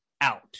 out